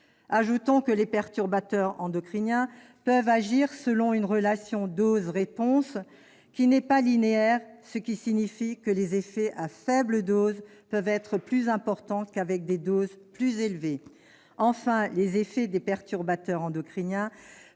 Ajoutons que les perturbateurs endocriniens peuvent agir selon une relation dose-réponse non linéaire, ce qui signifie que de faibles doses peuvent avoir des effets plus importants que des doses plus élevées. Enfin, les effets des perturbateurs endocriniens